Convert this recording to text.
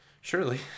Surely